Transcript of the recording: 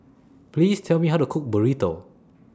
Please Tell Me How to Cook Burrito